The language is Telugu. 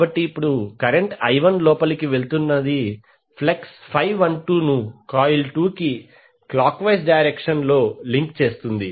కాబట్టి ఇక్కడ కరెంట్ i1 లోపలికి వెళుతున్నది ఫ్లక్స్ 12 ను కాయిల్ 2 కి క్లాక్ వైస్ డైరక్షన్ లో లింక్ చేస్తుంది